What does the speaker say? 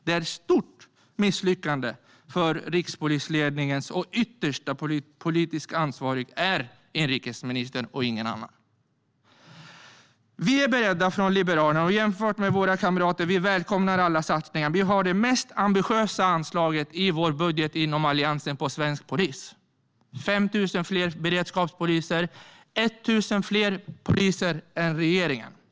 Det är ett stort misslyckande för rikspolisledningen, och ytterst politiskt ansvarig är inrikesministern och ingen annan. Vi från Liberalerna är beredda, och jämfört med våra kamrater välkomnar vi alla satsningar. Vi har det mest ambitiösa anslaget i vår budget inom Alliansen på svensk polis. Det är 5 000 fler beredskapspoliser, och 1 000 fler poliser än vad regeringen föreslår.